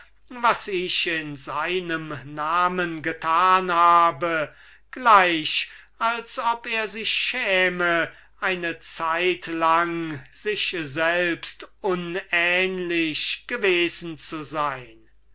das ich in seinem namen getan habe wieder zu vernichten gleich als ob er sich schäme eine zeitlang aus seinem charakter getreten zu sein